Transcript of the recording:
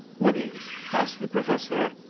what is? asts the perfessor.